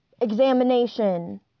examination